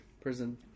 prison